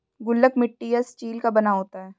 गुल्लक मिट्टी या स्टील का बना होता है